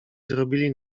zrobili